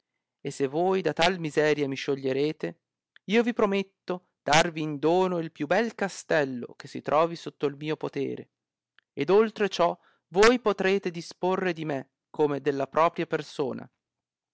e se voi da tal miseria mi scioglierete io vi prometto darvi in dono il più bel castello che si trovi sotto il mio potere ed oltre ciò voi potrete disporre di me come della persona